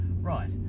right